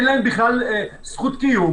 אין להם בכלל זכות קיום,